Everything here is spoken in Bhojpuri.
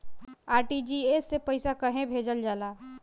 आर.टी.जी.एस से पइसा कहे भेजल जाला?